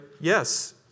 Yes